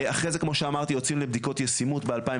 אחרי זה כמו שאמרתי יוצאים לבדיקות ישימות ב-2019,